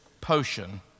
potion